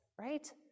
right